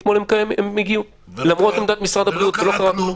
אתמול הם הגיעו למרות עמדת משרד הבריאות ולא קרה כלום.